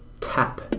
tap